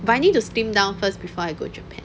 but I need to slim down first before I go japan